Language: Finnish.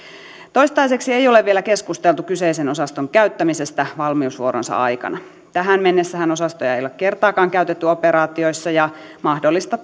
toistaiseksi ei ole vielä keskusteltu kyseisen osaston käyttämisestä valmiusvuoronsa aikana tähän mennessähän osastoja ei ole kertaakaan käytetty operaatioissa ja mahdollista